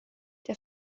der